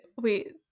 Wait